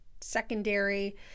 secondary